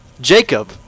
Jacob